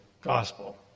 gospel